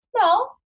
no